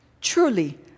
truly